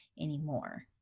anymore